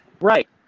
Right